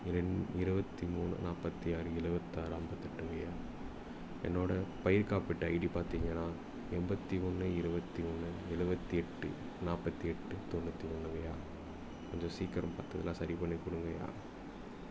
இரண் இருபத்தி மூணு நாற்பத்தி ஆறு எழுவத்தாறு ஐம்பத்தெட்டுங்கய்யா என்னோடயப் பயிர் காப்பீட்டு ஐடி பாத்தீங்கன்னா எண்பத்தி ஒன்று இருபத்தி ஒன்று எழுவத்தி எட்டு நாற்பத்தி எட்டு தொண்ணூற்றி ஒன்றுங்கய்யா கொஞ்சம் சீக்கிரம் பார்த்து இதெல்லாம் சரிப் பண்ணி கொடுங்கய்யா